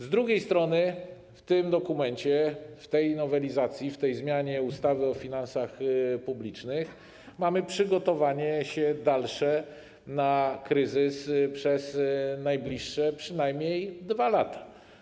Z drugiej strony w tym dokumencie, w tej nowelizacji, w tej zmianie ustawy o finansach publicznych, mamy dalsze przygotowywanie się na kryzys przez najbliższe przynajmniej 2 lata.